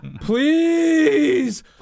please